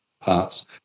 parts